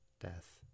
death